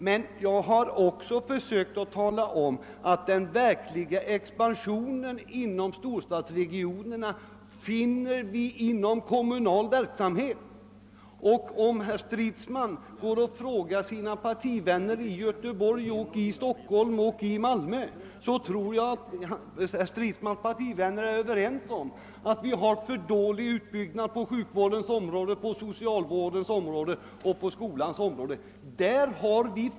Men jag har försökt att tala om att inom storstadsregionerna finner vi den verkliga expansionen inom den kommunala verksamheten. Om herr Stridsman frågar sina partivänner i Göteborg, Stockholm och Malmö tror jag att dessa är överens om att vi har för dålig utbyggnad på sjukvårdsområdet, på socialvårdsområdet och på skolområdet.